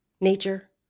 nature